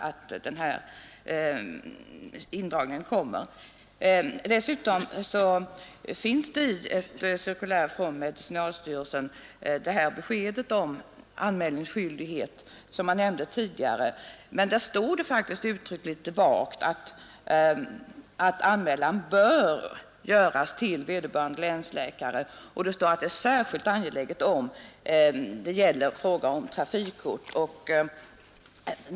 I ett cirkulär från medicinalstyrelsen finns det besked om anmälningsskyldighet som jag nämnde tidigare. Det står faktiskt litet vagt uttryckt att anmälan bör göras till vederbörande länsläkare och att det är särskilt angeläget om det gäller trafikkort.